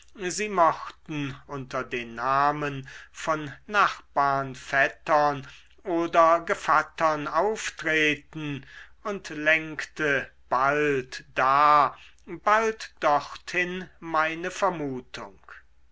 sie mochten unter den namen von nachbarn vettern oder gevattern auftreten und lenkte bald da bald dorthin meine vermutung